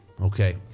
okay